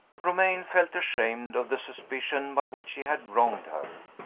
romayne felt ashamed of the suspicion by which he had wronged her.